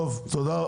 תודה רבה.